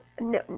no